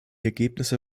ergebnisse